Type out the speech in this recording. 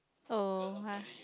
oh why